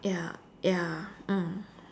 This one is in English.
ya ya mm